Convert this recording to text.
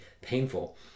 painful